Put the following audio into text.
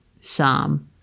Psalm